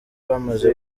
bamaze